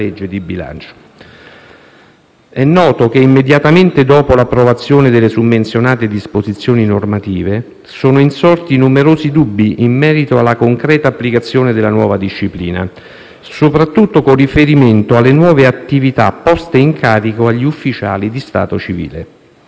legge di bilancio. È noto che immediatamente dopo l'approvazione delle summenzionate disposizioni normative, sono insorti numerosi dubbi in merito alla concreta applicazione della nuova disciplina, soprattutto con riferimento alle nuove attività poste in carico agli ufficiali di stato civile.